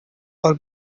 are